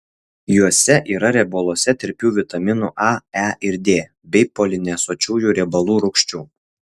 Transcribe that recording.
juose yra riebaluose tirpių vitaminų a e ir d bei polinesočiųjų riebalų rūgščių